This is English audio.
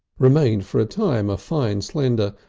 remained for a time a fine, slender,